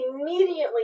Immediately